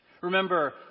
Remember